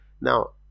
now